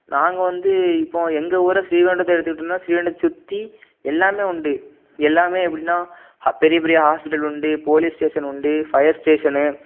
நாங்கள் வந்து இப்போ எங்கள் ஊரை ஸ்ரீவைகுண்டத்தை எடுத்துக்கிட்டனா ஸ்ரீவைகுண்டத்தை சுற்றி எல்லாம் உண்டு எல்லாம் எப்படின்னா பெரியப்பெரிய ஹாஸ்பிட்டல் உண்டு போலீஸ் ஸ்டேஷன் உண்டு ஃபையர் ஸ்டேஷன்னு